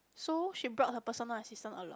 so she brought her personal assistant along